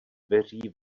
dveří